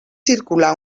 circula